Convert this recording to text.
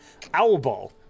Owlball